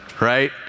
right